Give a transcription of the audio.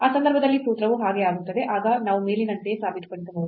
ಆ ಸಂದರ್ಭದಲ್ಲಿ ಸೂತ್ರವು ಹಾಗೆ ಆಗುತ್ತದೆ ಆಗ ನಾವು ಮೇಲಿನಂತೆಯೇ ಸಾಬೀತುಪಡಿಸಬಹುದು